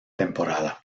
temporada